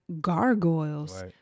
gargoyles